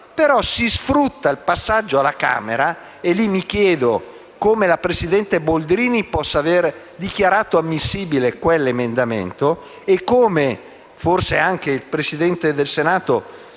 Si sfrutta quindi il passaggio alla Camera, e mi chiedo come la presidente Boldrini possa aver dichiarato ammissibile quell'emendamento e anche come il presidente del Senato